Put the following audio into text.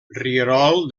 rierol